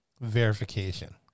verification